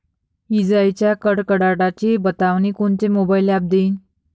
इजाइच्या कडकडाटाची बतावनी कोनचे मोबाईल ॲप देईन?